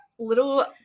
little